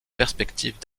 perspectives